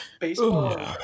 baseball